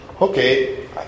okay